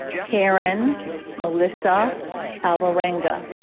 keren melisa alvarenga